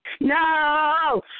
No